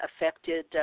affected